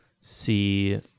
see